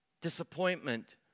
Disappointment